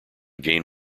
gained